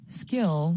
skill